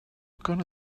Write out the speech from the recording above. gonna